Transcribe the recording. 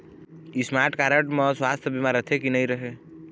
Smart card म सुवास्थ बीमा रथे की नई रहे?